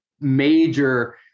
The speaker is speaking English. major